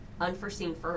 unforeseen